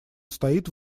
стоит